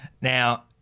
Now